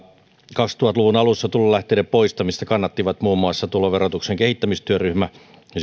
kaksituhatta luvun alussa tulolähteiden poistamista kannatti muun muassa tuloverotuksen kehittämistyöryhmä